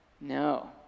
no